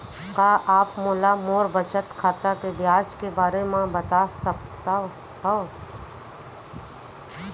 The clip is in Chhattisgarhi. का आप मोला मोर बचत खाता के ब्याज के बारे म बता सकता हव?